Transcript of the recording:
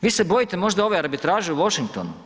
Vi se bojite može ove arbitraže u Washingtonu?